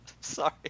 sorry